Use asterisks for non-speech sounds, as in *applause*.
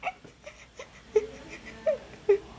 *laughs*